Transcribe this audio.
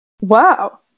Wow